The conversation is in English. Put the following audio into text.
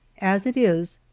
as it is,